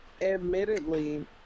admittedly